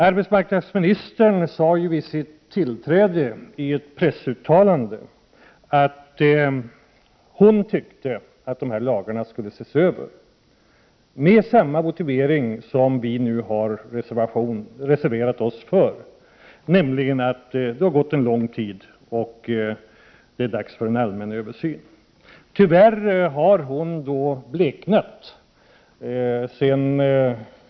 Arbetsmarknadsministern sade vid sitt tillträde i ett pressuttalande att hon tyckte att de här lagarna skulle ses över, med samma motivering som vi nu har reserverat oss för, nämligen att det har gått en lång tid och att det då är dags för en allmän översyn. Tyvärr har hon bleknat.